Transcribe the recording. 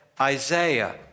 Isaiah